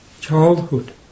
Childhood